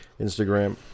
Instagram